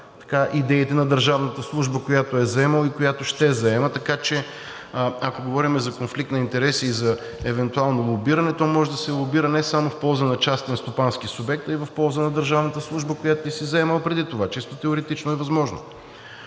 идеите на държавната служба, която е заемал и която ще заема. Така че, ако говорим за конфликт на интереси и за евентуално лобиране, то може да се лобира не само в полза на частен стопански субект, а и в полза на държавната служба, която ти си заемал преди това. Чисто теоретично е възможно.